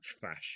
fashion